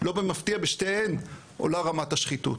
לא במפתיע בשתיהן עולה רמת השחיתות,